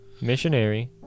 Missionary